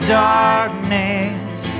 darkness